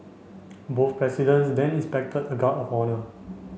both presidents then inspected a guard of honour